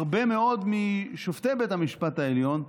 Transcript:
הרבה מאוד משופטי בית המשפט העליון,